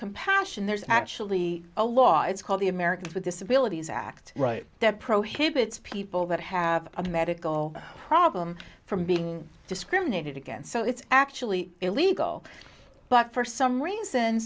compassion there's actually a law it's called the americans with disabilities act right that prohibits people that have a medical problem from being discriminated against so it's actually illegal but for some reason